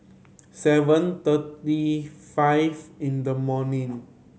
seven thirty five in the morning